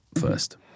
first